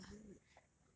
where got one week